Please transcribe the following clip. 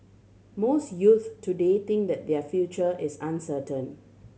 most youths today think that their future is uncertain